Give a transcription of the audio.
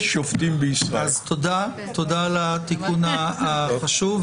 תודה על התיקון החשוב.